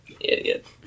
Idiot